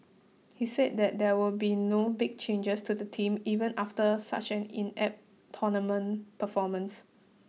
he said that there will be no big changes to the team even after such an inept tournament performance